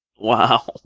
Wow